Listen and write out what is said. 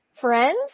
friends